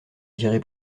dirai